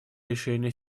решения